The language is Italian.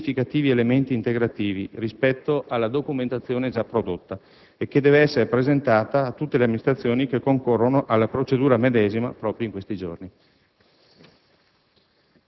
ha richiesto significativi elementi integrativi, rispetto alla documentazione già prodotta, che deve essere presentata a tutte le Amministrazioni che concorrono alla procedura medesima, proprio in questi giorni.